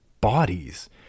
bodies